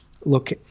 look